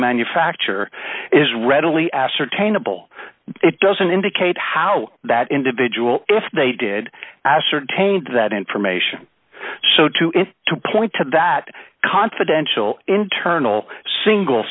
manufacture is readily ascertainable it doesn't indicate how that individual if they did ascertain that information so to it to point to that confidential internal single